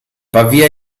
pavia